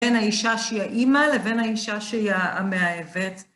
בין האישה שהיא האימא, לבין האישה שהיא המאהבת?